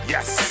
Yes